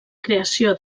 creació